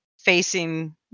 facing